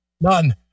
None